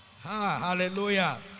Hallelujah